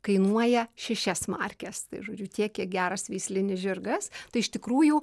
kainuoja šešias markes tai žodžiu tiek kiek geras veislinis žirgas tai iš tikrųjų